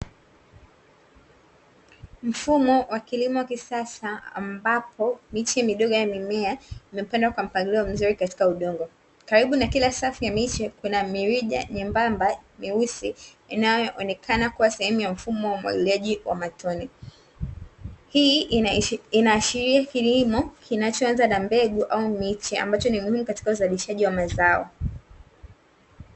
Mfumo wa kilimo wa kisasa ambapo miche midogo ya mimea imepandwa kwa mpangilio mzuri katika udongo, karibu na kila safu ya miche kuna mirija mwembamba mweusi, inayoonekana kuwa sehemu ya mfumo wa umwagiliaji wa matone. Hii inaashiria kilimo kinachoanza na mbegu au miche, ambacho ni muhimu katika uzalishaji wa mazao.